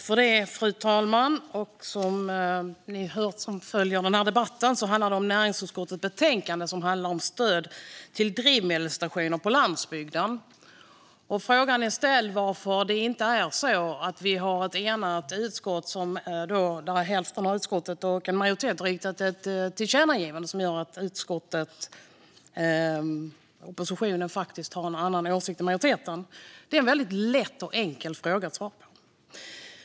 Fru talman! Som ni som följer debatten har hört handlar den om näringsutskottets betänkande om stöd till drivmedelsstationer på landsbygden. Frågan har ställts varför vi inte har ett enigt utskott. En majoritet i utskottet vill rikta ett tillkännagivande som visar att oppositionen faktiskt har en annan åsikt än majoriteten. Det är en väldigt enkel fråga att svara på.